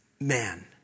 man